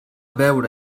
beure